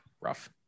rough